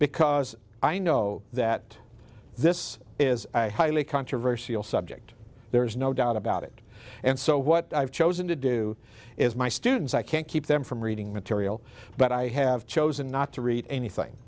because i know that this is a highly controversial subject there's no doubt about it and so what i've chosen to do is my students i can't keep them from reading material but i have chosen not to read